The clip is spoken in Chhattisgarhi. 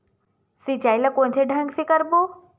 सिंचाई ल कोन ढंग से करबो?